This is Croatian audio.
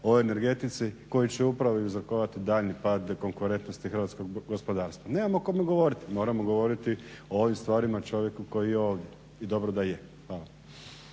o energetici koji će upravo uzrokovati daljnji pad konkurentnosti hrvatskog gospodarstva. Nemamo kome govoriti, moramo govoriti o ovim stvarima čovjeku koji je ovdje. I dobro da je. Hvala.